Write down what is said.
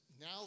now